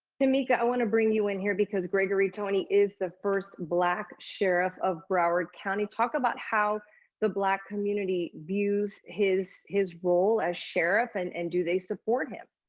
tameka, i wanna bring you in here because gregory tony is the first black sheriff of broward county. talk about how the black community views his his role as sheriff and and do they support him?